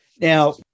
Now